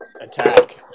attack